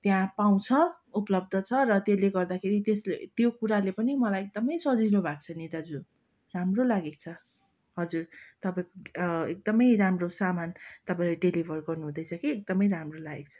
त्यहाँ पाउँछ उपलब्ध छ र त्यसले गर्दाखेरि त्यो कुराले पनि मलाई एकदमै सजिलो भएको छ नि दाजु राम्रो लागेको छ हजुर तपाईँ एकदमै राम्रो सामान तपाईँ डेलिभर गर्नु हुँदैछ कि एकदमै राम्रो लागेको छ